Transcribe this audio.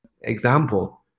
example